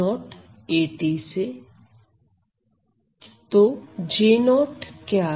तो J0 क्या है